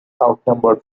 outnumbered